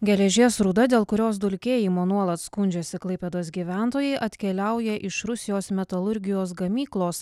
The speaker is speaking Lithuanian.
geležies rūda dėl kurios dulkėjimo nuolat skundžiasi klaipėdos gyventojai atkeliauja iš rusijos metalurgijos gamyklos